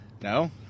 No